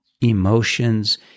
emotions